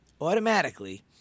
automatically